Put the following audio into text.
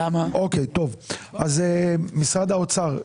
משרד האוצר,